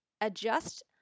adjust